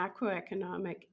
Macroeconomic